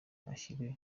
ushyira